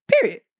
period